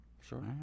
sure